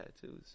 tattoos